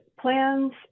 plans